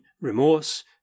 remorse